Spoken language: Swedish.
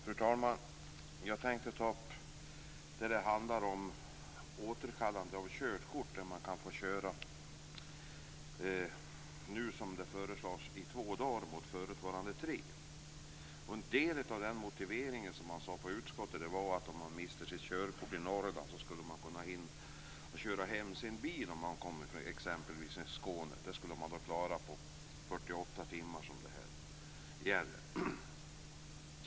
Fru talman! Jag tänkte ta upp det avsnitt som handlar om återkallande av körkort. Nu föreslås det att man kan få köra i ytterligare två dagar mot tidigare tre. Motiveringen till det, sades det i utskottet, är att om man mister sitt körkort i Norrland så skall man kunna köra hem sin bil, även om man kommer från t.ex. Skåne. Det skulle man klara på de 48 timmar som det här gäller.